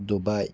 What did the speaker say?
Dubai